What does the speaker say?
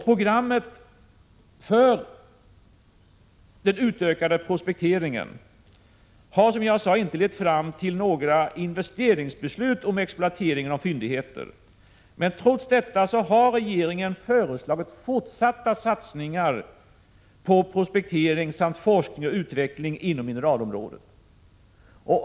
Programmet för den utökade prospekteringen har, som jag sade, inte lett fram till några investeringsbeslut när det gäller exploateringen av fyndigheter. Men trots detta har regeringen föreslagit fortsatta satsningar på prospektering samt forskning och utveckling inom mineralområdet.